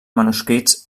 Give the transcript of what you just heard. manuscrits